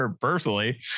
personally